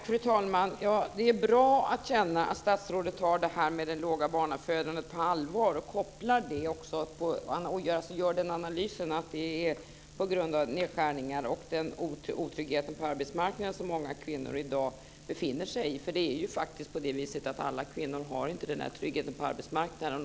Fru talman! Det är bra att känna att statsrådet tar detta med det låga barnafödandet på allvar och gör den analysen att det är på grund av nedskärningar och den otrygghet på arbetsmarknaden som många kvinnor i dag befinner sig i, för det är faktiskt på det viset att alla kvinnor inte har en trygghet på arbetsmarknaden.